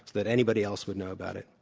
that anybody else would know about it.